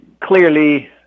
clearly